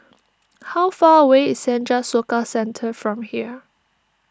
how far away is Senja Soka Centre from here